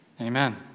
amen